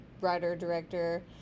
writer-director